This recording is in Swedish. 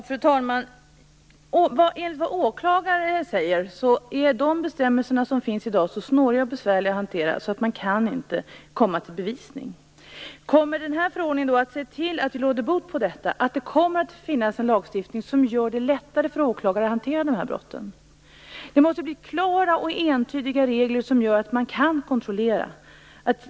Fru talman! Enligt åklagaren är de bestämmelser som finns i dag så snåriga och besvärliga att hantera att de inte kan bevisa något. Kommer man genom denna förordning att kunna råda bot på detta? Kommer det att finnas en lagstiftning som gör det lättare för åklagare att hantera dessa brott? Det måste bli klara och entydiga regler som gör att man kan göra kontroller.